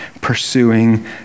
pursuing